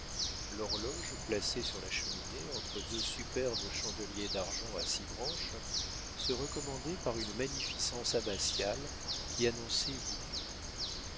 l'horloge placée sur la cheminée entre deux superbes chandeliers d'argent à six branches se recommandait par une magnificence abbatiale qui annonçait boulle